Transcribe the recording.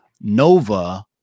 Nova